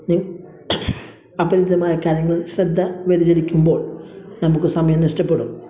നി അപരിചിതമായ കാര്യങ്ങൾ ശ്രദ്ധ വ്യതിചരിക്കുമ്പോൾ നമുക്ക് സമയം നഷ്ടപ്പെടും